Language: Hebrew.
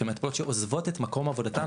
מטפלות שעוזבות את מקום עבודתן.